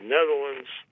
Netherlands